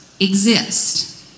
exist